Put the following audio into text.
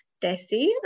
Desi